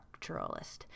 structuralist